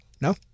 No